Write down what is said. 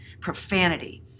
profanity